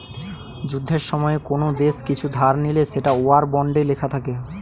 যুদ্ধের সময়ে কোন দেশ কিছু ধার নিলে সেটা ওয়ার বন্ডে লেখা থাকে